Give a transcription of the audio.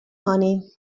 money